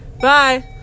Bye